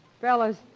Fellas